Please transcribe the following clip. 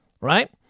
right